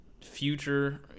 Future